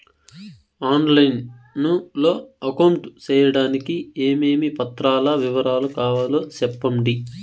On line లో account సేయడానికి ఏమేమి పత్రాల వివరాలు కావాలో సెప్పండి?